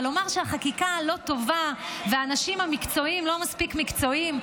אבל לומר שהחקיקה לא טובה והאנשים המקצועיים לא מספיק מקצועיים,